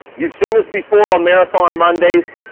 you've seen this before on marathon mondays.